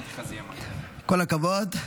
כל הכבוד.